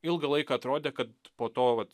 ilgą laiką atrodė kad po to vat